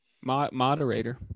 Moderator